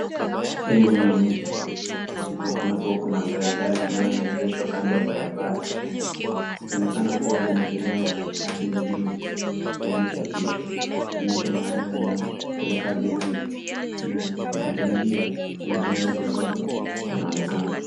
Sehemu ya mji. Yaonekana kuwa kuna daladala ambayo yameegeshwa kando ya barabara. Yaonekana kuwa yameekelewa mle juu saini chapisho. Kuonyesha mahali yanayopeleka abiria. Mle, wapita njia na mijengo ya ghorofa yanaonekana.